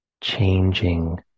changing